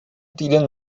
týden